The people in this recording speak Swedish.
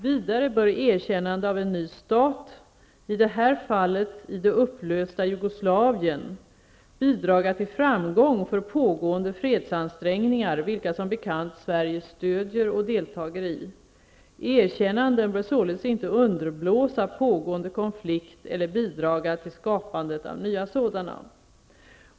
Vidare bör erkännande av en ny stat, i det här fallet i det upplösta Jugoslavien, bidra till framgång för pågående fredsansträngningar, vilka som bekant Sverige stöder och deltar i. Erkännanden bör således inte underblåsa pågående konflikt eller bidra till skapandet av nya sådana.